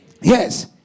Yes